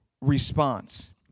response